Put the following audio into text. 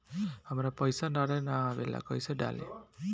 हमरा पईसा डाले ना आवेला कइसे डाली?